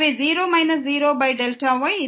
எனவே 0 0Δy